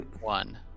One